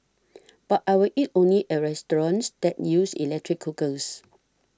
but I will eat only at restaurants that use electric cookers